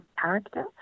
character